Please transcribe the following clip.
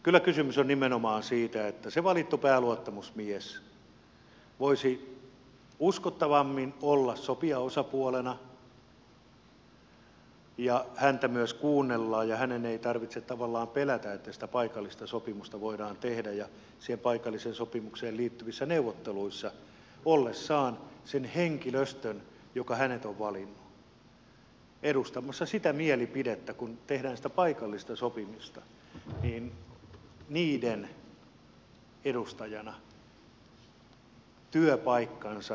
kyllä kysymys on nimenomaan siitä että se valittu pääluottamusmies voisi uskottavammin olla sopijaosapuolena että häntä myös kuunnellaan ja hänen ei tarvitse tavallaan pelätä että sitä paikallista sopimusta voidaan tehdä ja siihen paikalliseen sopimukseen liittyvissä neuvotteluissa ollessaan sen henkilöstön joka hänet on valinnut edustajana edustamassa sitä mielipidettä kun tehdään paikallista sopimista työpaikkansa turvaten